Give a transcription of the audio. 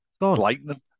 lightning